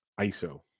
ISO